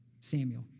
Samuel